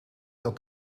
dat